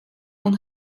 und